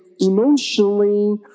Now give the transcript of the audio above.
emotionally